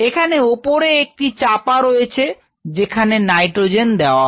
এখানে ওপরে একটি চাপা রয়েছে যেখানে নাইট্রোজেন দেওয়া হয়